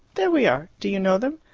there we are. do you know them?